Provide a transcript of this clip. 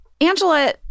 Angela